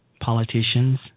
politicians